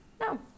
No